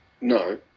no